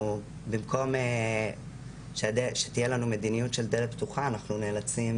במקום שתהיה לנו מדיניות של דלת פתוחה אנחנו נאלצים